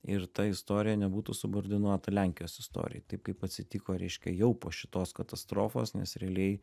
ir ta istorija nebūtų subordinuota lenkijos istorijai taip kaip atsitiko reiškia jau po šitos katastrofos nes realiai